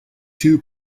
too